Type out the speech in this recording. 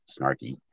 snarky